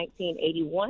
1981